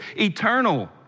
eternal